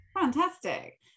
Fantastic